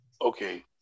okay